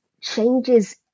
changes